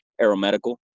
aeromedical